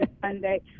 Sunday